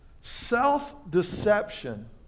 Self-deception